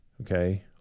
okay